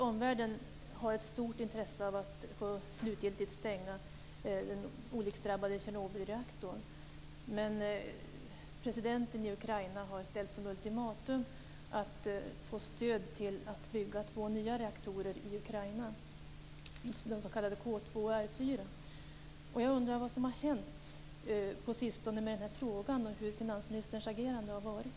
Omvärlden har ett stort intresse av att den olycksdrabbade Tjernobylreaktorn slutgiltigt stängs, men presidenten i Ukraina har ställt som ultimatum att få stöd till att bygga två nya reaktorer i Ukraina, de s.k. Jag undrar vad som på sistone har hänt i den här frågan och hur finansministern har agerat.